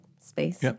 space